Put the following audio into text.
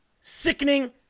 sickening